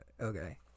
okay